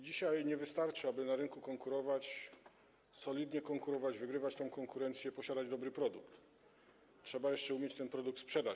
Dzisiaj nie wystarczy, aby na rynku konkurować, solidnie konkurować, wygrywać w tej konkurencji, posiadać dobry produkt, trzeba jeszcze umieć ten produkt sprzedać.